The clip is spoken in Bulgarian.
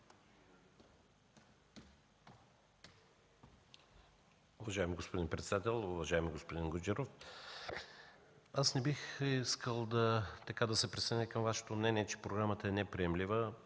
Уважаеми господин председател! Уважаеми господин Гуджеров, не бих искал да се присъединя към Вашето мнение, че програмата е неприемлива.